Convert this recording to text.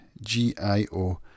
G-I-O